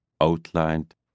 outlined